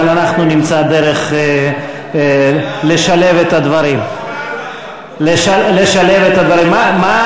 אבל אנחנו נמצא דרך לשלב את הדברים.